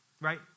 Right